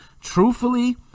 Truthfully